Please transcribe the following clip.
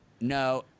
No